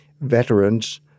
veterans—